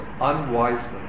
unwisely